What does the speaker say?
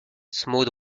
smooth